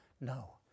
no